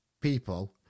people